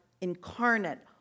incarnate